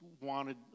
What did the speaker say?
wanted